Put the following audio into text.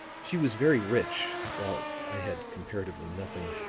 she was very rich, while i had comparatively nothing.